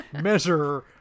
measure